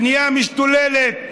בנייה משתוללת,